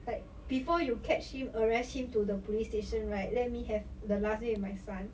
like before you catch him arrest him to the police station right let me have the last meal with my son